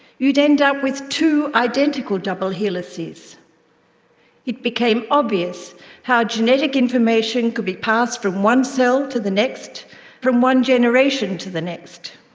you'd end up with two identical double helices it became obvious how genetic information could be passed from one cell to the next, and from one generation to the next!